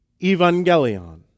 Evangelion